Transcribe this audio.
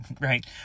right